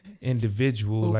individual